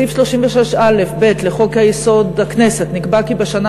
בסעיף 36א(ב) לחוק-יסוד: הכנסת נקבע כי בשנה